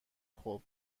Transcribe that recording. خوب